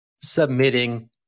submitting